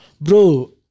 bro